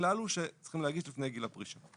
הכלל הוא שצריך להגיש לפני גיל הפרישה.